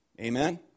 Amen